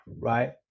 right